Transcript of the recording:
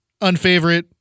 Unfavorite